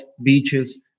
beaches